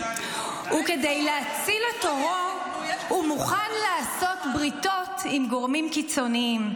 וכדי להציל את עורו הוא מוכן לעשות בריתות עם גורמים קיצוניים.